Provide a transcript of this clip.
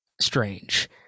strange